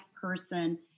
person